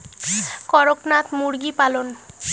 করকনাথ মুরগি পালন?